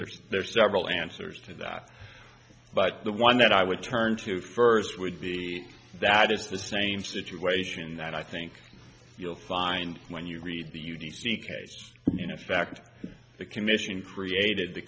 there's there are several answers to that but the one that i would turn to first would be that it's the same situation that i think you'll find when you read the u d c case in effect the commission created the